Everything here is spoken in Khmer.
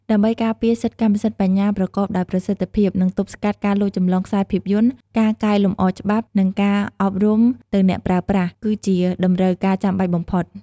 ដើម្បីការពារសិទ្ធិកម្មសិទ្ធិបញ្ញាប្រកបដោយប្រសិទ្ធភាព និងទប់ស្កាត់ការលួចចម្លងខ្សែភាពយន្ត ការកែលម្អច្បាប់ និងការអប់រំទៅអ្នកប្រើប្រាស់ គឺជាតម្រូវការចាំបាច់បំផុត។